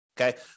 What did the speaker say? Okay